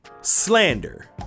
slander